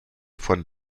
von